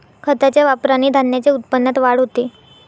खताच्या वापराने धान्याच्या उत्पन्नात वाढ होते